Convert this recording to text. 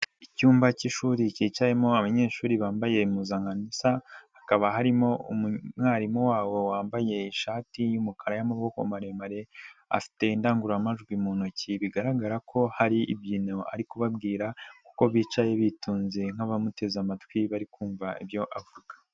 icyumba cy'ishuri cyicayemo abanyeshuri bambaye impuzankan isa, hakaba harimo umwarimu wabo wambaye ishati y'umukara y'amaboko maremare afite indangururamajwi mu ntoki, bigaragara ko hari ibyintu ari kubabwira kuko bicaye bitonze nk'abamuteze amatwi bari kumva ibyo avuga.